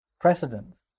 precedents